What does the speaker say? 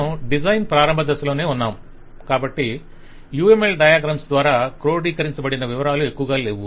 మనము డిజైన్ ప్రారంభ దశలో ఉన్నాము కాబట్టి UML డయాగ్రమ్స్ ద్వారా క్రోడీకరించబడిన వివరాలు ఎక్కువగా లేవు